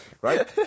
Right